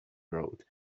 road